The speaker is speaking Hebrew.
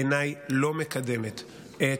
בעיניי לא מקדמת את